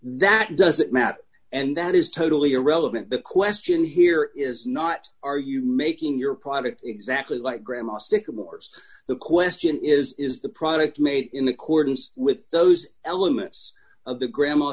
that doesn't matter and that is totally irrelevant the question here is not are you making your product exactly like grandma sycamores the question is is the product made in accordance with those elements of the grandma